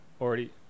Already